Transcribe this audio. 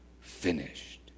finished